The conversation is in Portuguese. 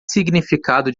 significado